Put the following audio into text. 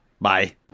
Bye